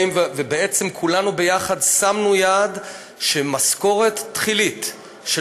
כולנו ביחד שמנו יד שמשכורת תחילית של